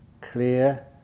clear